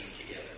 together